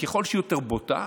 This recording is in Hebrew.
ככל שהיא יותר בוטה,